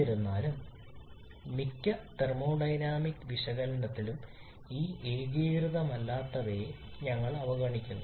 എന്നിരുന്നാലും മിക്ക തെർമോഡൈനാമിക് വിശകലനത്തിലും ഈ ഏകീകൃതമല്ലാത്തവയെ ഞങ്ങൾ അവഗണിക്കുന്നു